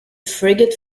frigate